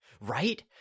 Right